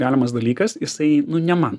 galimas dalykas jisai nu ne man